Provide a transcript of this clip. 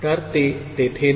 तर ते तेथे नाही